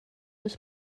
was